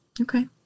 Okay